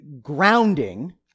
grounding